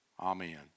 amen